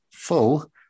full